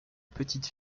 petite